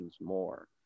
more